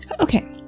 Okay